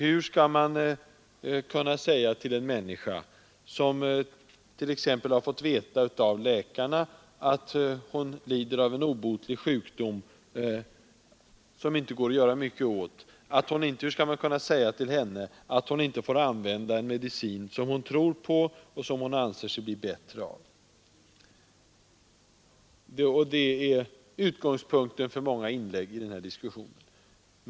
Hur skall man kunna säga till en människa, som t.ex. har fått veta av läkare att hon lider av en obotlig sjukdom, som det alltså inte går att göra mycket åt, att hon inte får använda en medicin som hon tror på och anser sig bli bättre av? Det är utgångspunkten för många inlägg i den här diskussionen.